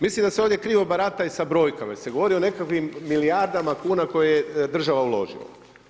Mislim da se ovdje krivo barata i sa brojkama jer se govori o nekakvim milijardama kuna koje je država uložila.